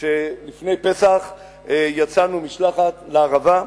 לפני פסח יצאנו משלחת לערבה,